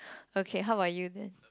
okay how about you then